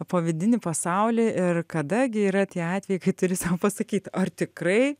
po vidinį pasaulį ir kada gi yra tie atvejai kai turi sau pasakyt ar tikrai